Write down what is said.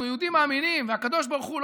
אנחנו יהודים מאמינים בקדוש ברוך הוא,